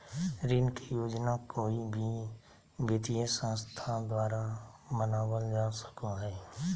ऋण के योजना कोय भी वित्तीय संस्था द्वारा बनावल जा सको हय